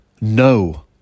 No